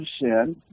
sin